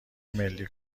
ملی